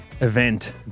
Event